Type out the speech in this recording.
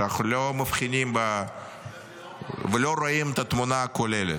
שאנחנו לא מבחינים ולא רואים את התמונה הכוללת,